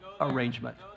arrangement